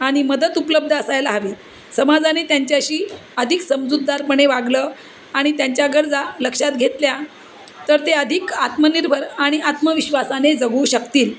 आणि मदत उपलब्ध असायला हवी समाजाने त्यांच्याशी अधिक समजूतदारपणे वागलं आणि त्यांच्या गरजा लक्षात घेतल्या तर ते अधिक आत्मनिर्भर आणि आत्मविश्वासाने जगू शकतील